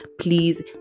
please